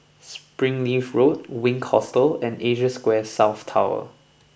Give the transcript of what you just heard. Springleaf Road Wink Hostel and Asia Square South Tower